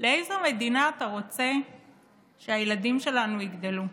לאיזו מדינה אתה רוצה שהילדים שלנו יגדלו?